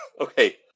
Okay